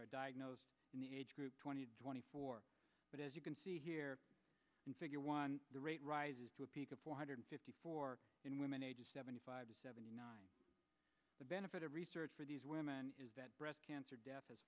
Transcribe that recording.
are diagnosed in the age group twenty to twenty four but as you can see here in figure one the rate rises to a peak of four hundred fifty four in women ages seventy five to seventy nine the benefit of research for these women is that breast cancer death